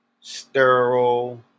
sterile